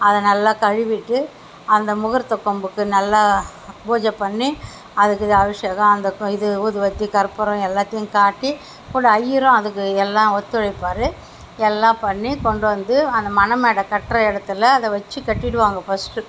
அதை நல்லா கழுவிட்டு அந்த முகூர்த்தக் கொம்புக்கு நல்லா பூஜை பண்ணி அதுக்கு அபிஷேகம் அந்த இது ஊதுபத்தி கற்பூரம் எல்லாத்தையும் காட்டி கூட ஐயரும் அதுக்கு நல்லா ஒத்துழைப்பார் எல்லாம் பண்ணி கொண்டு வந்து அந்த மணமேடை கட்டுகிற இடத்துல அதை வச்சு கட்டிடுவாங்க ஃபஸ்ட்டு